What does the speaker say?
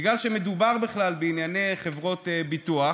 בגלל שמדובר בכלל בענייני חברות ביטוח